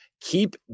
Keep